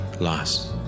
loss